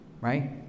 right